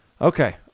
Okay